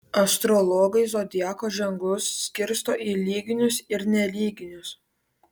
astrologai zodiako ženklus skirsto į lyginius ir nelyginius